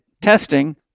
testing